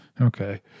Okay